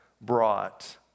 brought